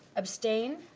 abstained?